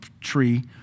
tree